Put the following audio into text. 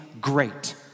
great